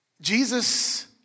Jesus